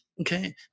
okay